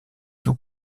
tout